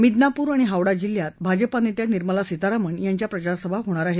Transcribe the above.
मिदनापूर आणि हावडा जिल्ह्यात भाजपानेत्या निर्मला सीतारामण यांच्या प्रचारसभा होणार आहेत